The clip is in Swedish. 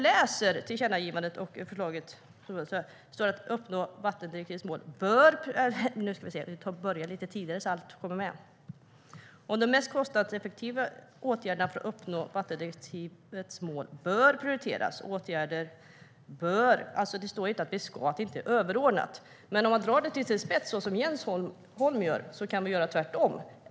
I tillkännagivandet och förslaget står att de mest kostnadseffektiva åtgärderna för att uppnå vattendirektivets mål bör prioriteras. Det står alltså inte att de ska prioriteras. Det är inte överordnat. Men om man drar det till sin spets, som Jens Holm, kan vi göra tvärtom.